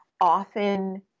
often